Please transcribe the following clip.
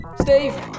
Steve